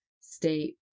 state